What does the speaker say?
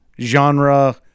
genre